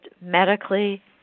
medically